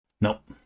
Nope